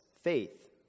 faith